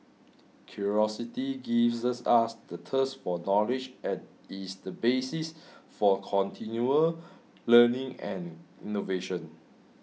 curiosity gives us the thirst for knowledge and is the basis for continual learning and innovation